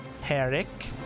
Herrick